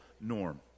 norm